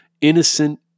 innocent